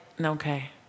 okay